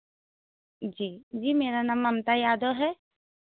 जी जी मैं मेरा नाम ममता यादव है